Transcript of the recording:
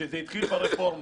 שזה התחיל ברפורמה,